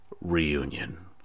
Reunion